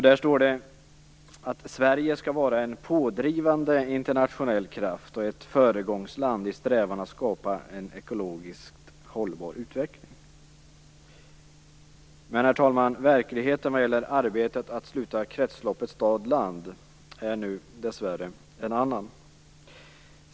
Där står: "Sverige skall vara en pådrivande internationell kraft och ett föregångsland i strävan att skapa en ekologiskt hållbar utveckling." Herr talman! Verkligheten när det gäller arbetet att sluta kretsloppet stad-land är nu dessvärre en annan.